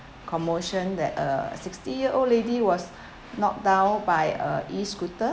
commotion that a sixty year old lady was knocked down by a E scooter